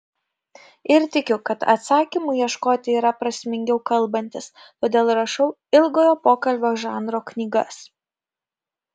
ir tikiu kad atsakymų ieškoti yra prasmingiau kalbantis todėl rašau ilgojo pokalbio žanro knygas